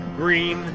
green